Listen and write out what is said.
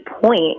point